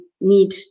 need